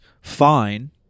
fine